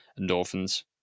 endorphins